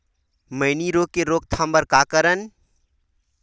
मैनी रोग के रोक थाम बर का करन?